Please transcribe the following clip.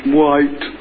white